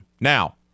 now